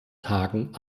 tagen